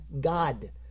God